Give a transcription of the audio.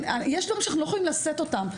יש ימים שאנחנו לא יכולים לשאת אותם.